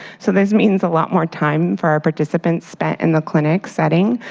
so this means a lot more time for our participants spent in the clinic settings,